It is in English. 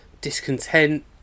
discontent